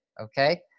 okay